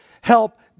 help